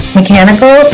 mechanical